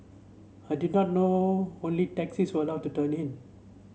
I did not know only taxis were allowed to turn in